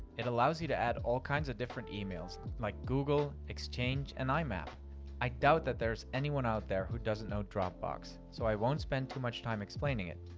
it allows you to add all kinds of different emails, like google, exchange, and imap. i doubt that there's anyone out there who doesn't know dropbox, so i won't spend too much time explaining it.